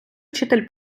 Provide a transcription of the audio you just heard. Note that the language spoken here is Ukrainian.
вчитель